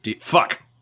Fuck